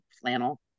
flannel